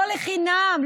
לא לחינם.